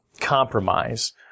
compromise